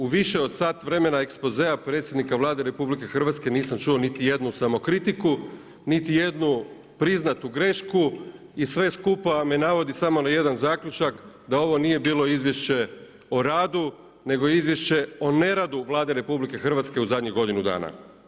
U više od sat vremena ekspozea predsjednika Vlade RH nisam čuo niti jednu samokritiku, niti jednu priznatu grešku i sve skupa me navodi samo na jedan zaključak, da ovo nije bilo izvješće o radu nego izvješće o neradu Vlade RH u zadnjih godinu dana.